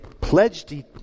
pledged